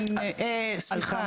על כמה?